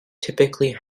typically